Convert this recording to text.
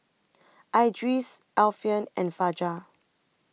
Idris Alfian and Fajar